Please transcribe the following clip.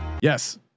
Yes